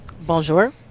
Bonjour